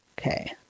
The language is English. Okay